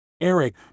Eric